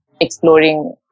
exploring